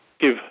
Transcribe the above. give